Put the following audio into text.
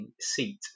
seat